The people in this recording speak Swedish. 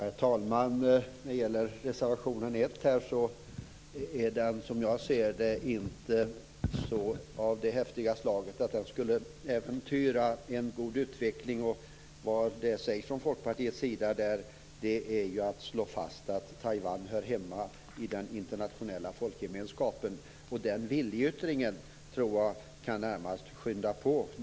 Herr talman! Som jag ser det är inte reservation 1 av ett så häftigt slag att den skulle äventyra en god utveckling. Det som Folkpartiet säger i reservationen handlar om att slå fast att Taiwan hör hemma i den internationella folkgemenskapen. Den viljeyttringen tror jag närmast kan skynda på utvecklingen.